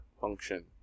function